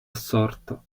assorto